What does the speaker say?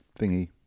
thingy